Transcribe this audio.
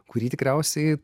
kurį tikriausiai